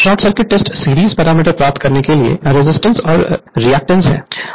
Refer Slide Time 1109 short circuit test series parameter प्राप्त करने के लिए रेजिस्टेंस और रिएक्टेंस है